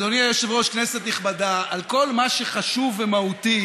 ומשבחים אותם, שרים משבחים אותם,